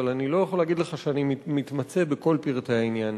אבל אני לא יכול להגיד לך שאני מתמצא בכל פרטי העניין.